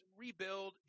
rebuild